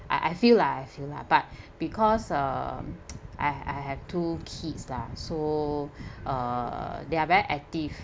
I I feel lah I feel lah but because um I I have two kids lah so uh they are very active